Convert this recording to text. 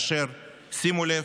שימו לב: